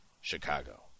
Chicago